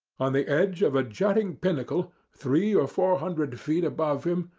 on the edge of a jutting pinnacle, three or four hundred feet above him,